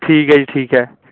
ਠੀਕ ਹੈ ਜੀ ਠੀਕ ਹੈ